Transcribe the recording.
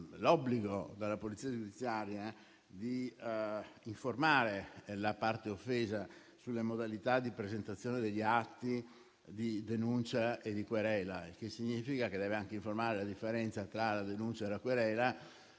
obbligo alla Polizia giudiziaria di informare la parte offesa sulle modalità di presentazione degli atti di denuncia e di querela. Ciò significa che deve anche informare della differenza tra la denuncia e la querela.